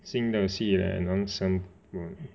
新的戏 leh 男星不